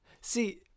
see